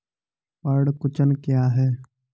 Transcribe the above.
पर्ण कुंचन क्या है?